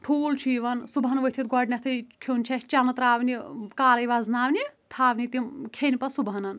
ٹھوٗل چھِ یِوان صُبحَن وٕتِھتھ گۄڈنٮ۪تٕھے کھیٚون چھُ اسہِ چَنہٕ ترٛاونہِ کالے وَزناونہِ تھاونہِ تِم کھیٚنہِ پتہٕ صُبحَن